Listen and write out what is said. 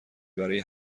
برای